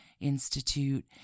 Institute